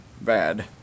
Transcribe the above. bad